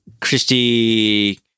Christy